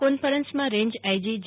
કોન્ફરન્સમાં range IG જે